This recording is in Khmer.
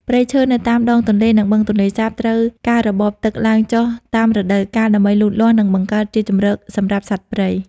ព្រៃឈើនៅតាមដងទន្លេ និងបឹងទន្លេសាបត្រូវការរបបទឹកឡើងចុះតាមរដូវកាលដើម្បីលូតលាស់ និងបង្កើតជាជម្រកសម្រាប់សត្វព្រៃ។